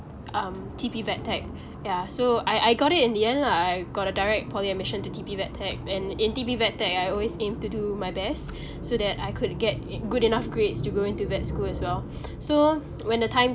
um T_P vet tech yeah so I I got it in the end lah I got a direct poly admission to T_P vet tech and in T_P vet tech I always aim to do my best so that I could get i~ good enough grades to go into vet school as well so when the time